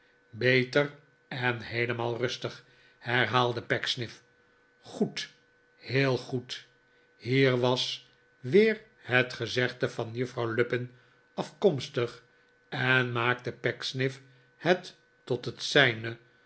beter en heelemaal rustig herhaalde pecksniff goed heel goed hier was weer het gezegde van juffrouw lupin afkomstig en maakte pecksniff het tot het zijne